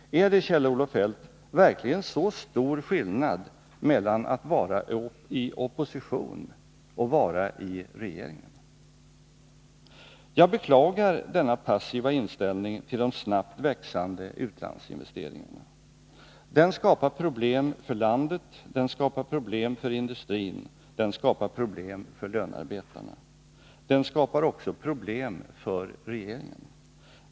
Är det, Kjell-Olof Feldt, verkligen så stor skillnad mellan att vara i opposition och att vara i regeringen? Jag beklagar denna passiva inställning till de snabbt växande utlandsinvesteringarna. Den skapar problem för landet, den skapar problem för industrin, den skapar problem för lönarbetarna. Den skapar också problem för regeringen.